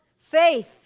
faith